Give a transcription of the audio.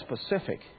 specific